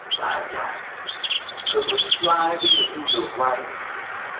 god got us cause we're striving to do the right thing.